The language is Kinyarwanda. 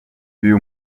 uyu